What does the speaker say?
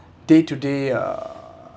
day to day uh